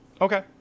Okay